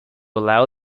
allow